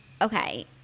Okay